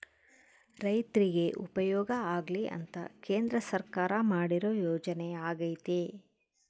ರೈರ್ತಿಗೆ ಉಪಯೋಗ ಆಗ್ಲಿ ಅಂತ ಕೇಂದ್ರ ಸರ್ಕಾರ ಮಾಡಿರೊ ಯೋಜನೆ ಅಗ್ಯತೆ